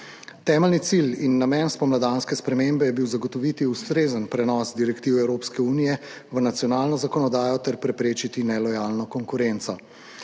Temeljni cilj in namen spomladanske spremembe je bil zagotoviti ustrezen prenos direktiv Evropske unije v nacionalno zakonodajo ter preprečiti nelojalno konkurenco.